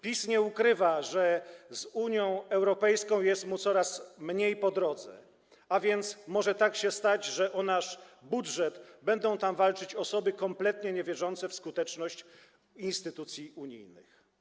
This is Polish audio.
PiS nie ukrywa, że z Unią Europejską jest mu coraz mniej po drodze, a więc może tak się stać, że o nasz budżet będą tam walczyć osoby kompletnie niewierzące w skuteczność instytucji unijnych.